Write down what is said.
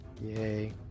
Yay